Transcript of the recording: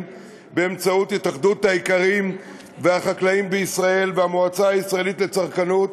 באמצעות התאחדות האיכרים והחקלאים בישראל והמועצה הישראלית לצרכנות,